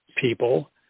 people